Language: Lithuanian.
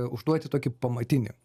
užduoti tokį pamatinį